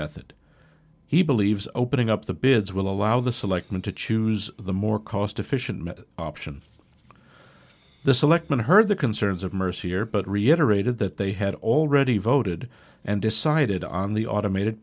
method he believes opening up the bids will allow the selectmen to choose the more cost efficient option the selectmen heard the concerns of mercier but reiterated that they had already voted and decided on the automated